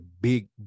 big